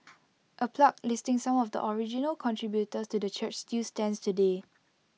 A plaque listing some of the original contributors to the church still stands today